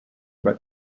but